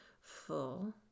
full